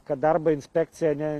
kad darbo inspekcija ne